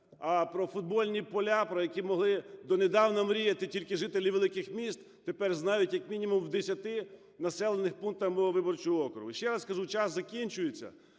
А про футбольні поля, про які могли донедавна мріяти тільки жителі великих міст, тепер знають як мінімум в десяти населених пунктах мого виборчого округу. Ще раз кажу, час закінчується,